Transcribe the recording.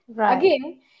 Again